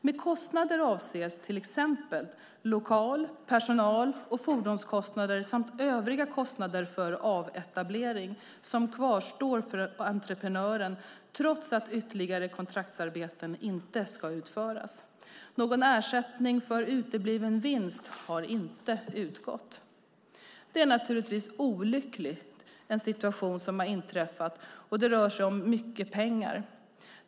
Med kostnader avses till exempel lokal-, personal och fordonskostnader samt övriga kostnader för avetablering som kvarstår för entreprenören trots att ytterligare kontraktsarbeten inte ska utföras. Någon ersättning för utebliven vinst har inte utgått. Det är naturligtvis en olycklig situation som har inträffat, och det rör sig om mycket pengar.